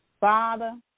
Father